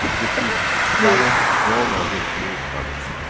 this is. this planet is known as a blue planet.